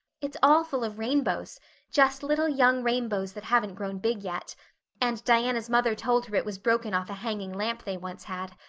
it's all full of rainbows just little young rainbows that haven't grown big yet and diana's mother told her it was broken off a hanging lamp they once had.